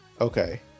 okay